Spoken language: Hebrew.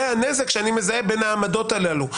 זה הנשק שאני מזהה בין העמדות הללו,